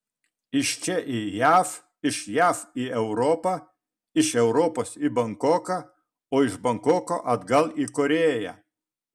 iš čia į jav iš jav į europą iš europos į bankoką o iš bankoko atgal į korėją